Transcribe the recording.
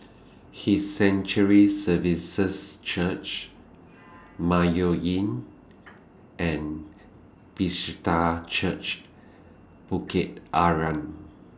His Sanctuary Services Church Mayo Inn and Bethesda Church Bukit Arang